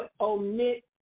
omit